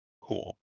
Cool